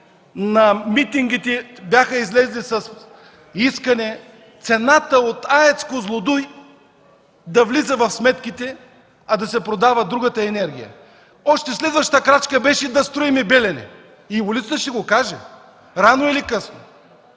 на митингите бяха излезли с искане цената от АЕЦ „Козлодуй” да влиза в сметките, а да се продава другата енергия? Следващата крачка беше да строим „Белене” и улицата ще го каже – рано или късно.